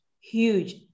huge